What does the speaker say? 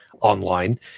online